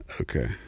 Okay